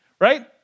Right